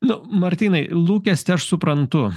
na martynai lūkestį aš suprantu